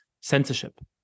censorship